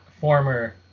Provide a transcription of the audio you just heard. former